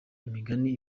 imigani